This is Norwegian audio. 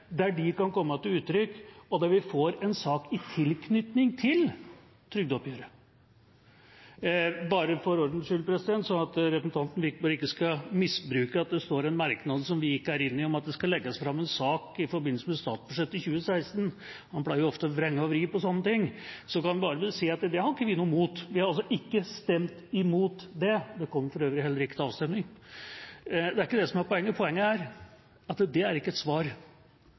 der deres meninger kan komme til uttrykk og vi får en sak i tilknytning til trygdeoppgjøret. Bare for ordens skyld, så representanten Wiborg ikke skal misbruke at det står en merknad som vi ikke er med på, om at det skal legges fram en sak i forbindelse med statsbudsjettet i 2016 – man pleier jo ofte å vrenge og vri på sånne ting – kan jeg bare si at det har ikke vi noe imot. Vi har altså ikke stemt imot det – det kommer for øvrig heller ikke til avstemning. Det er ikke det som er poenget. Poenget er at det er ikke et svar